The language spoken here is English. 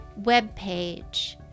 webpage